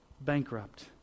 bankrupt